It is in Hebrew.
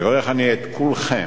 מברך אני את כולכם